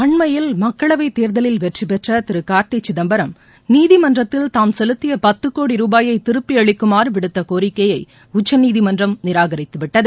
அண்மையில் மக்களவைத் தேர்தலில் வெற்றிபெற்ற திரு கார்த்தி சிதம்பரம் நீதிமன்றத்தில் தாம் செலுத்திய பத்து கோடி ருபாயை திருப்பி அளிக்குமாறு விடுத்த கோரிக்கையை உச்சநீதிமன்றம் நிராகரித்துவிட்டது